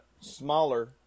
smaller